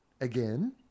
again